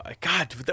God